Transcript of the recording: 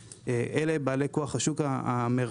אלה בעלי כוח השוק המרבי,